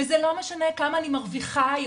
וזה לא משנה כמה אני מרוויחה היום,